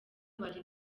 bari